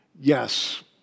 Yes